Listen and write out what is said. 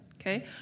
Okay